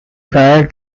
prior